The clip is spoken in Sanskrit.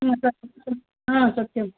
सत्यं